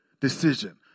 decision